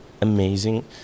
amazing